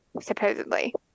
supposedly